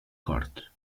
corts